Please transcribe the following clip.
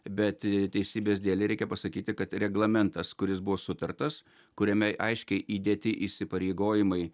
bet teisybės dėlei reikia pasakyti kad reglamentas kuris buvo sutartas kuriame aiškiai įdėti įsipareigojimai